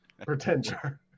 Pretender